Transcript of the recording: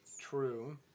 True